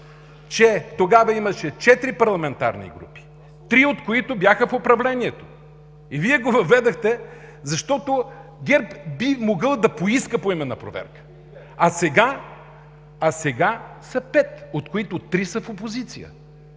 че тогава имаше четири парламентарни групи, три от които бяха в управлението. Вие го въведохте, защото ГЕРБ би могъл да поиска поименна проверка, а сега групите са пет, от които три са в опозиция.